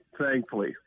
thankfully